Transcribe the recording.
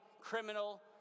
criminal